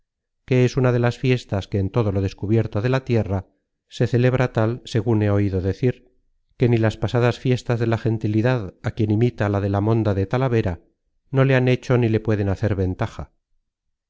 que es una de las fiestas que en todo lo descubierto de la tierra se celebra tal segun he oido decir que ni las pasadas fiestas de la gentilidad á quien imita la de la monda de talavera no le han hecho ni le pueden hacer ventaja